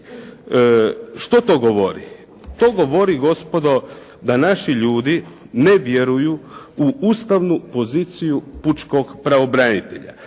Što to govori? To govori gospodo da naši ljudi ne vjeruju u ustavnu poziciju pučkog pravobranitelja.